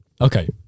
Okay